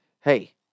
hey